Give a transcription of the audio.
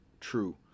true